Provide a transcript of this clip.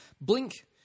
Blink